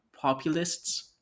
populists